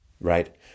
right